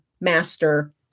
master